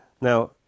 Now